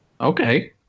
Okay